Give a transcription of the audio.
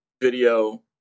video